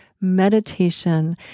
meditation